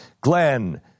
Glenn